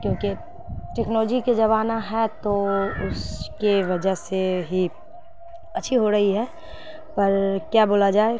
کیونکہ ٹیکنالوجی کے زمانہ ہے تو اس کے وجہ سے ہی اچھی ہو رہی ہے پر کیا بولا جائے